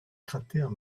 cratère